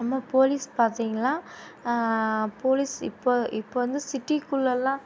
நம்ம போலீஸ் பார்த்திங்கள்னா போலீஸ் இப்போ இப்போ வந்து சிட்டிக்குள்ளலாம்